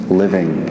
living